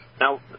now